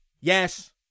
yes